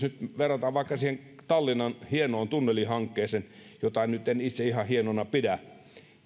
nyt vaikka siihen tallinnan hienoon tunnelihankkeeseen jota en itse ihan hienona pidä